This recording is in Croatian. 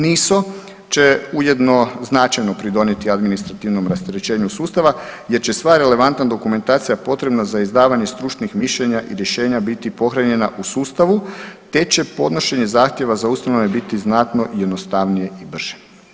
NISO će ujedno značajno pridonijeti administrativnom rasterećenju sustava jer će sva relevantna dokumentacija potrebna za izdavanje stručnih mišljenja i rješenja biti pohranjena u sustavu te će podnošenje zahtjeva za ustanove biti znatno jednostavnije i brže.